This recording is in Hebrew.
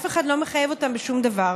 אף אחד לא מחייב אותן בשום דבר.